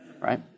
Right